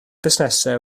busnesau